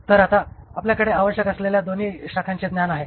तर आता आपल्याकडे आवश्यक असलेल्या दोन्ही शाखांचे ज्ञान आहे